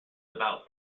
about